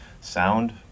sound